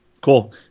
Cool